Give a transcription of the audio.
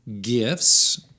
gifts